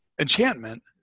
enchantment